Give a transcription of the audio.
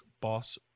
boss